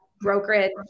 brokerage